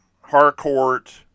Harcourt